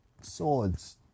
swords